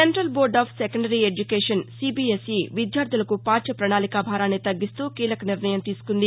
central board of secondary education CBSE విద్యార్లులకు పార్య పణాళిక భారాన్ని తగ్గిస్తూ కీలక నిర్ణయం తీసుకుంది